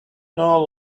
known